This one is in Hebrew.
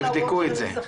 תבדקו את זה.